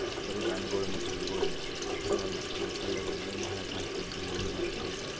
ಬರೇ ಧಾನ್ಯಗೊಳ್ ಮತ್ತ ಗಿಡಗೊಳ್ ಅಷ್ಟೇ ಅಲ್ಲಾ ಕಾಯಿ ಪಲ್ಯಗೊಳನು ಬಾಹ್ಯಾಕಾಶದಾಂದು ಭೂಮಿಮ್ಯಾಗ ಬೆಳಿತಾರ್